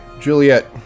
Juliet